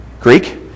Greek